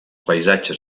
paisatges